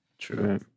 true